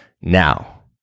Now